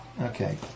okay